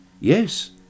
yes